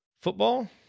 Football